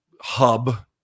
hub